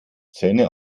zähne